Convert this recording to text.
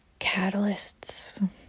catalysts